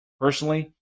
personally